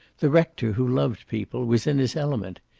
the rector, who loved people, was in his element.